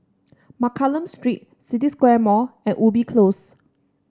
Mccallum Street City Square Mall and Ubi Close